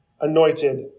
Anointed